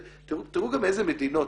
תראו גם איזה מדינות,